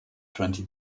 twenty